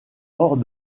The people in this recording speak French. hors